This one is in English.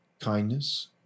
kindness